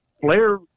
Flair